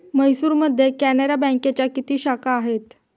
म्हैसूरमध्ये कॅनरा बँकेच्या किती शाखा आहेत?